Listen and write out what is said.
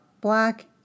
black